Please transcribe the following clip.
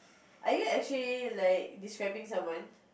are you actually like describing someone